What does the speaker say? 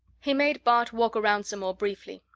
he made bart walk around some more briefly,